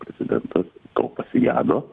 prezidentas to pasigedo